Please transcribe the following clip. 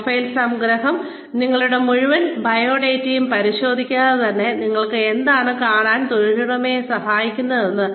profile സംഗ്രഹം നിങ്ങളുടെ മുഴുവൻ ബയോഡാറ്റയും പരിശോധിക്കാതെ തന്നെ നിങ്ങൾ ആരാണെന്ന് കാണാൻ തൊഴിലുടമയെ സഹായിക്കുന്നതെന്താണ്